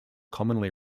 commonly